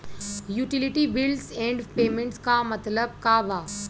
Utility bills and payments क मतलब का बा?